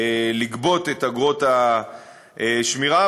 לגבות את אגרות השמירה,